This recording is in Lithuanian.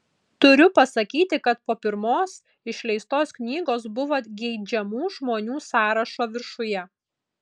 turiu pasakyti kad po pirmos išleistos knygos buvot geidžiamų žmonių sąrašo viršuje